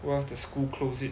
who ask the school close it